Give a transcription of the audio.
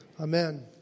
Amen